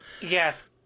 yes